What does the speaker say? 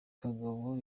kagabo